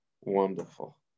Wonderful